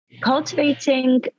Cultivating